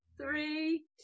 Three